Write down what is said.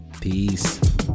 peace